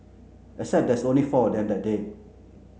except there's only four of them that day